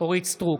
אורית מלכה סטרוק,